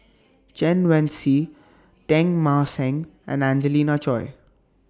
Chen Wen Hsi Teng Mah Seng and Angelina Choy